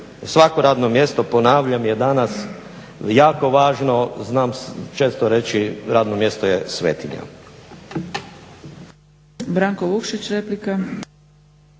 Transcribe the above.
Svako radno mjesto, ponavljam, je danas jako važno. Znam često reći radno mjesto je svetinja.